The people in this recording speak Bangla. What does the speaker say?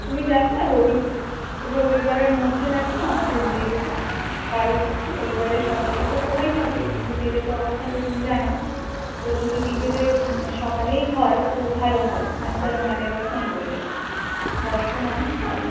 তুমি দেখো না রবি রবিবারের মধ্যে দেখো না আমাকে দিয়ে যেতে কারো কি রবিবারের সকালটাতো খোলাই থাকে বিকেলে তো অফ থাকে তুমি জানো তো যদি বিকেলে সকালেই হয় তো ভালো হয় আমি তাহলে ওনাকে একবার ফোন কোরে দেবো বয়স্ক মানুষ তো